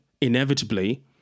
inevitably